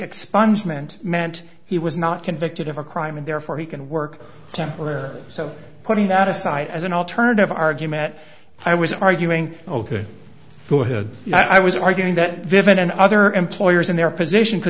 expungement meant he was not convicted of a crime and therefore he can work templer so putting that aside as an alternative argument i was arguing ok go ahead i was arguing that vivid and other employers in their position